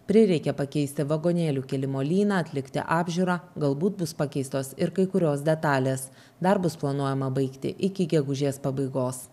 prireikė pakeisti vagonėlių kėlimo lyną atlikti apžiūrą galbūt bus pakeistos ir kai kurios detalės darbus planuojama baigti iki gegužės pabaigos